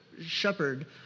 shepherd